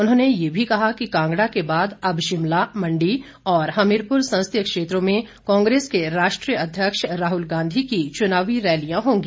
उन्होंने ये भी कहा कि कांगड़ा के बाद अब शिमला मंडी और हमीरपुर संसदीय क्षेत्रों में कांग्रेस के राष्ट्रीय अध्यक्ष राहुल गांधी की चुनावी रैलियां होंगी